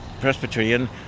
Presbyterian